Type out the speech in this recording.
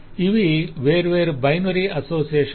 ఇవి వేర్వేరు binary associations